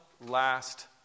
last